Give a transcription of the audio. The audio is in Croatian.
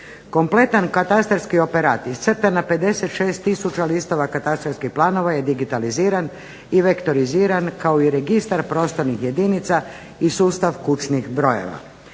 Kompletan katastarski operat iscrtan na 56000 listova katastarskih planova je digitaliziran i vektoriziran kao i registar prostornih jedinica i sustav kućnih brojeva.